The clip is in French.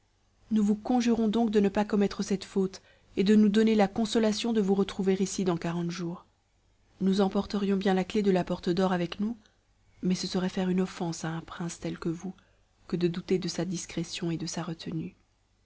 nous vous conjurons donc de ne pas commettre cette faute et de nous donner la consolation de vous retrouver ici dans quarante jours nous emporterions bien la clef de la porte d'or avec nous mais ce serait faire une offense à un prince tel que vous que de douter de sa discrétion et de sa retenue